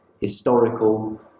historical